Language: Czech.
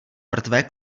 mrtvé